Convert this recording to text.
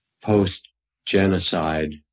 Post-genocide